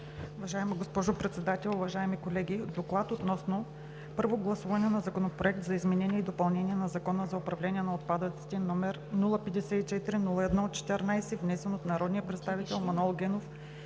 Уважаема госпожо Председател, уважаеми колеги! „ДОКЛАД относно първо гласуване на Законопроект за изменение и допълнение на Закона за управление на отпадъците, № 054-01-14, внесен от народния представител Манол Генов